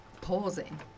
pausing